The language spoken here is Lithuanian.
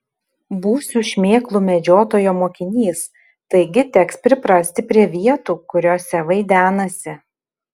būsiu šmėklų medžiotojo mokinys taigi teks priprasti prie vietų kuriose vaidenasi